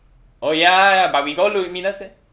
oh ya but we go lumiNUS eh